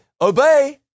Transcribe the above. obey